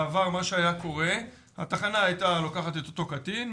מה שהיה קורה - התחנה הייתה לוקחת את אותו קטין,